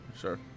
Sure